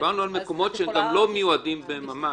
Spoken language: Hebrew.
דיברנו על מקומות שגם לא מיועדים ממש,